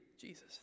Jesus